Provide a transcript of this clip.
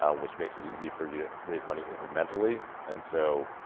ah which makes it easy for you to raise money incrementally and so,